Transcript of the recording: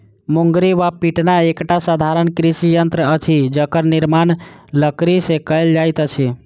मुंगरी वा पिटना एकटा साधारण कृषि यंत्र अछि जकर निर्माण लकड़ीसँ कयल जाइत अछि